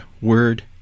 word